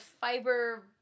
fiber